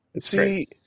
See